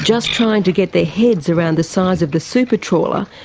just trying to get their heads around the size of the super trawler,